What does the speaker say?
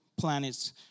planets